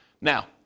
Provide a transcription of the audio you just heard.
Now